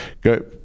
Go